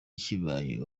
kibaye